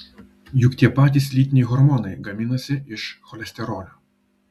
juk tie patys lytiniai hormonai gaminasi iš cholesterolio